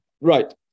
Right